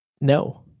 No